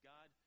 God